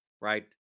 Right